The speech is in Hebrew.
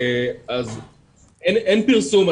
אין פרסום.